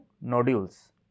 nodules